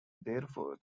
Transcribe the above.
therefore